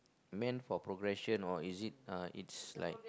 meant for progression or is it uh it's like